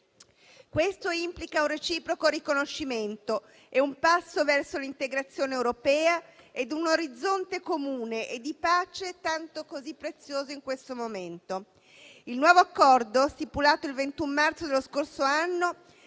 Questo implica un reciproco riconoscimento ed è un passo verso l'integrazione europea e verso un orizzonte comune e di pace, così preziosi in questo momento. Il nuovo Accordo, stipulato il 21 marzo dello scorso anno,